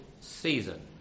season